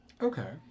okay